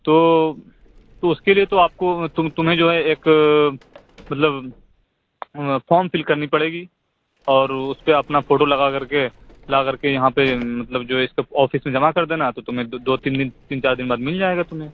تو تو اس کے لیے تو آپ کو تم تمہیں جو ہے ایک مطلب فارم فل کرنی پڑے گی اور اس پر اپنا فوٹو لگا کر کے لا کر کے یہاں پہ مطلب جو ہے آفس میں جمع کر دینا تو تمہیں دو تین تین چار دن بعد مل جائے گا تمہیں